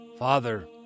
Father